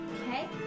Okay